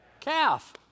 calf